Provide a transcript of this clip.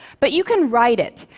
but you can write it.